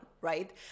right